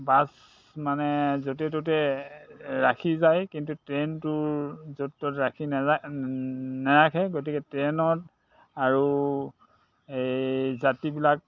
bus মানে য'তে ত'তে ৰাখি যায় কিন্তু ট্ৰেইনটো য'ত ত'ত নেৰাখে গতিকে ট্ৰেইনত আৰু এই যাত্ৰীবিলাক